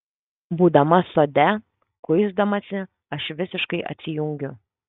būdama sode kuisdamasi aš visiškai atsijungiu